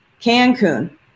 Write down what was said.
Cancun